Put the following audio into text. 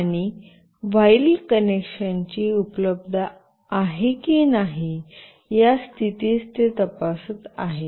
आणि व्हाईल कनेक्शनची उपलब्धता आहे की नाही या स्थितीत ते तपासत आहे